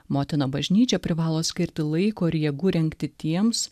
motina bažnyčia privalo skirti laiko ir jėgų rengti tiems